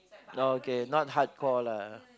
now okay not hardcore lah